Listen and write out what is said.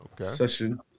Session